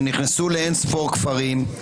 שנכנסו לאין-ספור כפרים.